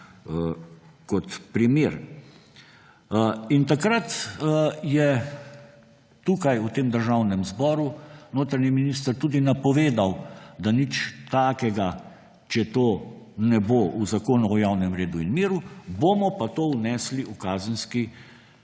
kot primer. Takrat je tukaj, v tem državnem zboru notranji minister tudi napovedal, da ni nič takega, če tega ne bo v Zakonu o javnem redu in miru, bomo pa to vnesli v Kazenski